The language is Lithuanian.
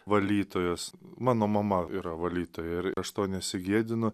valytojos mano mama yra valytoja ir aš to nesigėdinu